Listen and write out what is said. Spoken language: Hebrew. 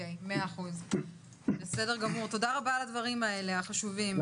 תודה רבה על הדברים החשובים.